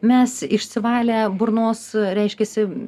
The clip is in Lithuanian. mes išsivalę burnos reiškiasi